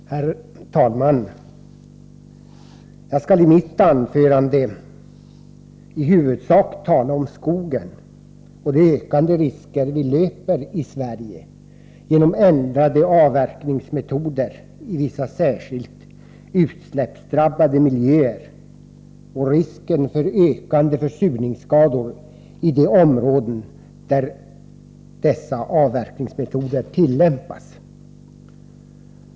Herr talman! Jag skall i mitt anförande i huvudsak tala om skogen, de ökande risker vi löper i Sverige genom ändrade avverkningsmetoder i vissa särskilt utsläppsdrabbade miljöer och risken för ökande försurningsskador i de områden där dessa avverkningsmetoder tillämpas.